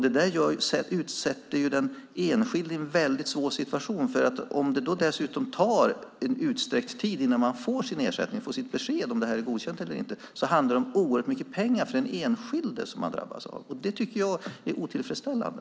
Det sätter den enskilde i en svår situation. Om det dessutom tar en utsträckt tid innan man får besked om godkänd ersättning kan det handla om oerhört mycket pengar för den enskilde. Det är otillfredsställande.